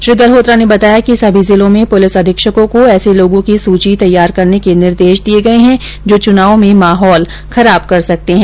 श्री गल्होत्रा ने बताया कि सभी जिलों में पुलिस अधीक्षको को ऐसे लोगों की सुची तैयार करने के निर्देश दिए गए हैं जो चुनाव में माहौल को खराब कर सकते हैं